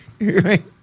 right